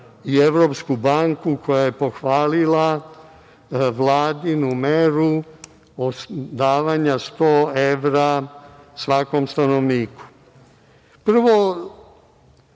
i Evropsku banku koja je pohvalila vladinu meru davanja sto evra svakom stanovniku. Prvo,